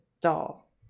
doll